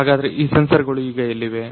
ಹಾಗಾದ್ರೆ ಈ ಸೆನ್ಸರ್ ಗಳು ಈಗ ಎಲ್ಲಿವೆ